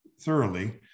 thoroughly